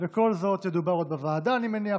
כל זאת עוד ידובר בוועדה, אני מניח.